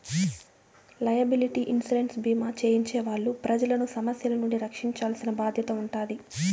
liability insurance భీమా చేయించే వాళ్ళు ప్రజలను సమస్యల నుండి రక్షించాల్సిన బాధ్యత ఉంటాది